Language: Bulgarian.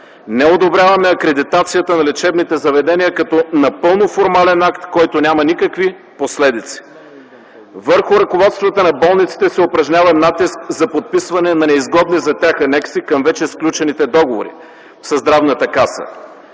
Не одобряваме акредитацията на лечебните заведения като напълно формален акт, който няма никакви последици. Върху ръководствата на болниците се упражнява натиск за подписване на неизгодни за тях анекси към вече сключените договори със Здравната каса.